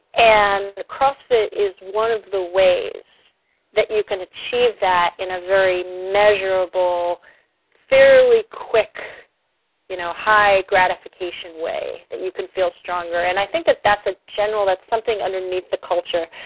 and crossfit is one of the ways that you can achieve that in a very measurable fairly quick you know high gratification way that you can feel stronger. and i think that that's a general that's something underneath the culture.